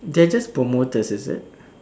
they are just promoters is it